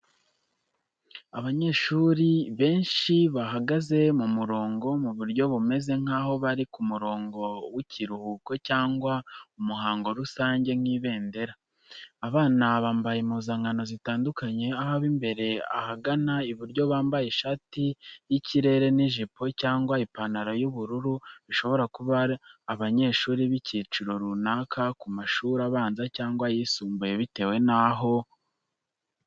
Abanyeshuri benshi bahagaze mu murongo, mu buryo bumeze nk’aho bari ku murongo w’ikiruhuko cyangwa umuhango rusange nk'ibendera. Abana bambaye impuzankano zitandukanye aho ab’imbere ahagana iburyo bambaye ishati y’ikirere n’ijipo cyangwa ipantaro y’ubururu bishobora kuba abanyeshuri b’icyiciro runaka nko mu mashuri abanza cyangwa ayisumbuye bitewe n’aho.